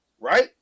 right